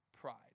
pride